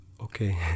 Okay